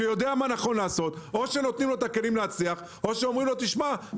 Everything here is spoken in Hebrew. שיודע מה נכון לעשות את הכלים להצליח; או שאומרים לו "תשמע,